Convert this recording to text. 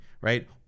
right